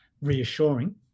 reassuring